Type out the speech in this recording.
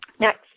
Next